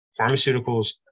Pharmaceuticals